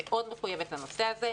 מאוד מחויבת לנושא הזה.